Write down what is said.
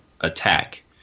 attack